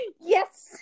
Yes